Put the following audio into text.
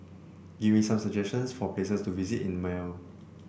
give me some suggestions for places to visit in Male